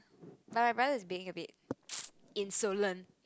but I'm rather being a bit insolence